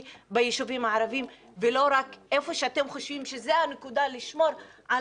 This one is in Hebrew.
ביישובים הערביים ולא רק איפה שאתם חושבים שזו הנקודה לשמור על